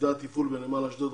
עובדי התפעול בנמל אשדוד.